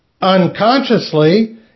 Unconsciously